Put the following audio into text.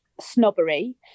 snobbery